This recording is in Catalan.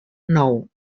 nou